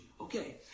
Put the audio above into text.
Okay